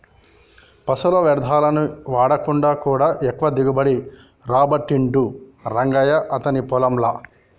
పశువుల వ్యర్ధాలను వాడకుండా కూడా ఎక్కువ దిగుబడి రాబట్టిండు రంగయ్య అతని పొలం ల